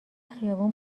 خیابون